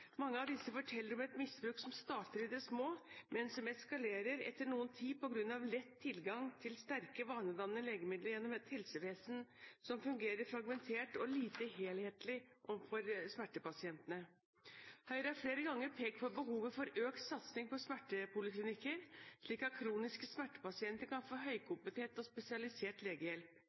Mange av dem forteller om et misbruk som starter i det små, men som eskalerer etter noen tid på grunn av lett tilgang til sterke, vanedannende legemidler gjennom et helsevesen som fungerer fragmentert og lite helhetlig overfor smertepasientene. Høyre har flere ganger pekt på behovet for økt satsing på smertepoliklinikker, slik at kroniske smertepasienter kan få høykompetent og spesialisert legehjelp.